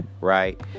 right